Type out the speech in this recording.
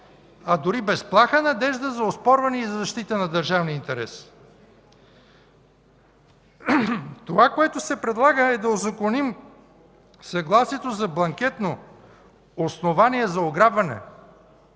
а дори без плаха надежда за оспорване и защита на държавния интерес. Това, което се предлага, е да узаконим съгласието за бланкетно основание за ограбване